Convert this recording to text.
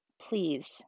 Please